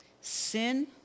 Sin